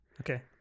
Okay